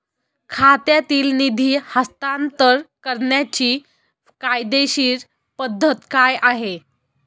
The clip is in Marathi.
खात्यातील निधी हस्तांतर करण्याची कायदेशीर पद्धत काय आहे?